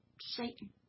Satan